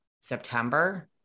September